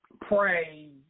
pray